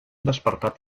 despertat